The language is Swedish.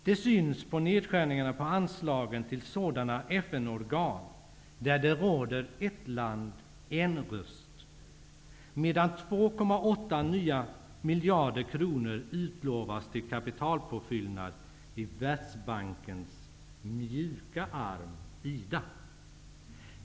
Det syns på nedskärningarna av anslagen till sådana FN-organ där principen ett land--en röst råder, medan 2,8 nya miljarder utlovas till kapitalpåfyllnad i Världsbankens ''mjuka arm'' IDA.